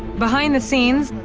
behind the scenes,